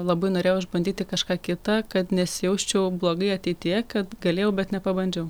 labai norėjau išbandyti kažką kitą kad nesijausčiau blogai ateityje kad galėjau bet nepabandžiau